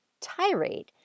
tirade